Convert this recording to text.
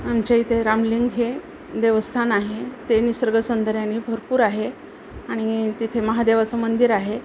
आमच्या इथे रामलिंग हे देवस्थान आहे ते निसर्ग सौंदर्यानी भरपूर आहे आणि तिथे महादेवाचं मंदिर आहे